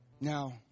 Now